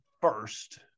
first